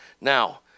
Now